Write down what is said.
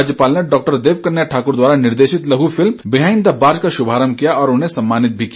राज्यपाल ने डॉक्टर देव कन्या ठाकुर द्वारा निर्देशित लघु फिल्म बिहाइण्ड द बार्ज का शुभारंभ किया और उन्हें सम्मानित भी किया